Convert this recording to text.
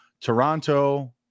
Toronto